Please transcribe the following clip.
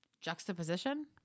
Juxtaposition